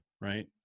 right